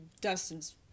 Dustin's